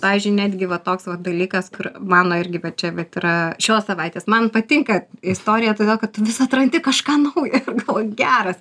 pavyzdžiui netgi va toks va dalykas kur mano irgi va čia vat yra šios savaitės man patinka istorija todėl kad tu vis atrandi kažką naujo ir galvoji geras